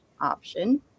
option